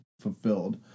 fulfilled